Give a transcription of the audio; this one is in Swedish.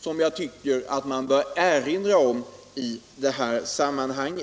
som jag tycker att man bör erinra om i detta sammanhang.